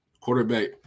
quarterback